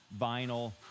vinyl